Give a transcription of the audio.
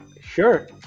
Sure